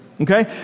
okay